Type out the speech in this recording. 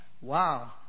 Wow